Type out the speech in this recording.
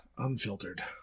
unfiltered